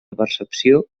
percepció